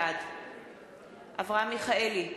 בעד אברהם מיכאלי,